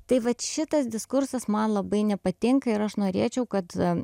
tai vat šitas diskursas man labai nepatinka ir aš norėčiau kad